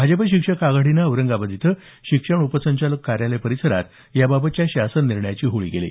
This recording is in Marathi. भाजप शिक्षक आघाडीने औरंगाबाद इथं शिक्षण उपसंचालक कार्यालय परिसरात याबाबतच्या शासन निर्णयाची होळी होकेली